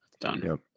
done